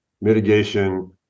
mitigation